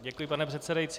Děkuji, pane předsedající.